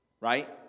right